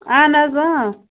اَہَن حظ